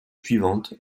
suivante